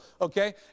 okay